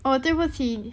oh 对不起